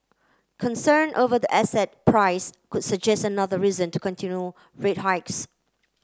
concern over the asset price could suggest another reason to continue rate hikes